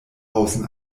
außen